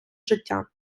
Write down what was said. життя